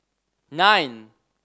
nine